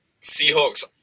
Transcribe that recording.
Seahawks